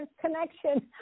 connection